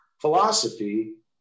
philosophy